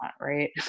right